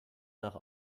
nach